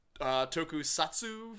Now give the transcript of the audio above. Tokusatsu